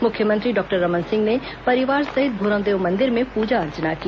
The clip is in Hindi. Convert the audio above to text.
मुख्यमंत्री डॉक्टर रमन सिंह ने परिवार सहित भोरमदेव मंदिर में पूजा अर्चना की